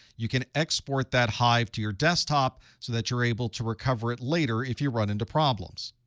you can export that hive to your desktop so that you're able to recover it later if you run into problems.